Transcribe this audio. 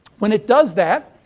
when it does that,